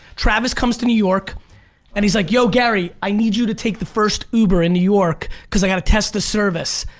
travis comes to new york and he's like, yo, gary, i need you to take the first uber in new york cause i gotta test the service.